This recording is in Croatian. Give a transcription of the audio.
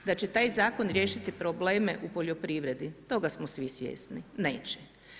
Da li će taj zakon riješiti probleme u poljoprivredi toga smo svi svjesni, neće.